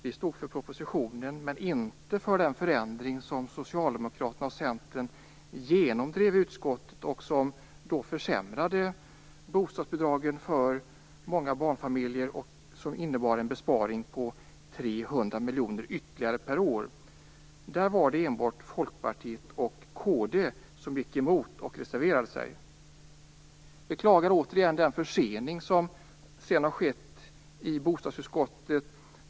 Vi stod för propositionen, men inte för den förändring som Socialdemokraterna och Centern genomdrev i utskottet och som försämrade bostadsbidragen för många barnfamiljer. Detta innebar en besparing på ytterligare 300 miljoner per år. Där var det enbart Folkpartiet och kd som gick emot och reserverade sig. Jag beklagar återigen den försening som sedan har skett i bostadsutskottet.